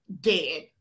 dead